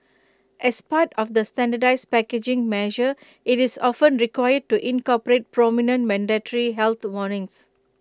as part of the standardised packaging measure IT is often required to incorporate prominent mandatory health warnings